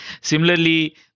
Similarly